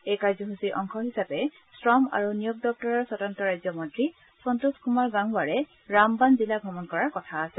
এই কাৰ্য্যসূচীৰ অংশ হিচাপে শ্ৰম আৰু নিয়োগ দপ্তৰৰ স্বতন্ত্ৰ ৰাজ্যমন্ত্ৰী সন্তোষ কুমাৰ গাংৱাৰে ৰামবান জিলা ভ্ৰমণ কৰাৰ কথা আছে